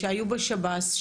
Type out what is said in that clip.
שהיו בשב"ס,